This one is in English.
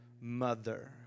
mother